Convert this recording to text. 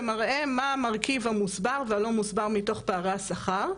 ומראה מה המרכיב המוסבר והלא מוסבר מתוך פערי השכר,